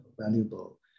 valuable